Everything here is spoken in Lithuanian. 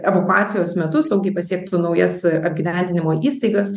evakuacijos metu saugiai pasiektų naujas apgyvendinimo įstaigas